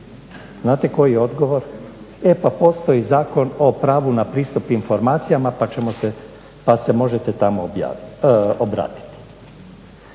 Znate koji odgovor, e pa postoji Zakon o pravu na pristup informacijama pa se možete tamo obratiti.